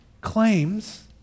claims